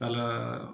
చాలా